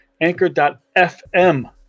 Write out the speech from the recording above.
Anchor.fm